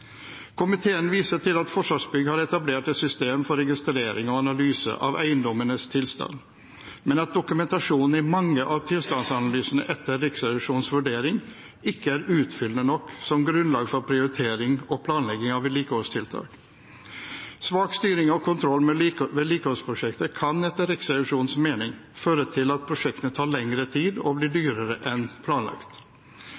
Komiteen viser til at Forsvarsbygg har etablert et system for registrering og analyse av eiendommenes tilstand, men at dokumentasjonen i mange av tilstandsanalysene etter Riksrevisjonens vurdering ikke er utfyllende nok som grunnlag for prioritering og planlegging av vedlikeholdstiltak. Svak styring og kontroll med vedlikeholdsprosjekter kan etter Riksrevisjonens mening føre til at prosjektene tar lengre tid og blir